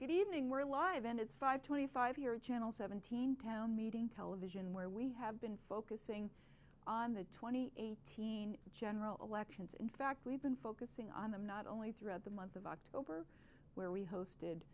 good evening we're live and it's five twenty five your channel seventeen town meeting television where we have been focusing on the twenty eighteen general elections in fact we've been focusing on them not only throughout the month of october where we hosted